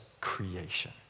creation